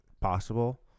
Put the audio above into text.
possible